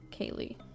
kaylee